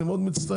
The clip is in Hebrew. אני מאוד מצטער.